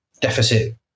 deficit